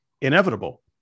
inevitable